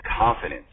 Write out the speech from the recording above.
confidence